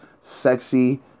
sexy